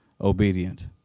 obedient